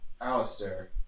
Alistair